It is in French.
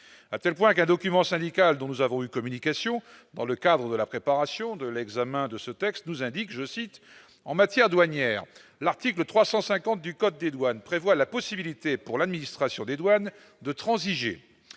à telle point qu'un document syndical dont nous avons eu communication, dans le cadre de la préparation de l'examen de ce texte, nous indique, je cite en matière douanière, l'article 350 du code des douanes prévoit la possibilité pour l'administration des douanes de transiger,